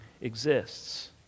exists